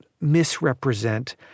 misrepresent